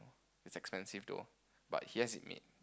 it's expensive too but he has it made